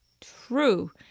true